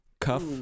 cuff